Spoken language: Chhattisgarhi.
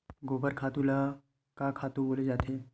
गोबर खातु ल का खातु बोले जाथे?